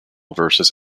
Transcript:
versus